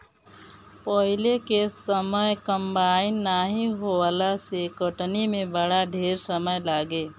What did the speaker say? पहिले के समय कंबाइन नाइ होखला से कटनी में बड़ा ढेर समय लागे